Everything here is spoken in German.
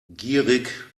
gierig